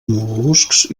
mol·luscs